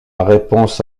réponse